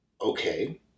Okay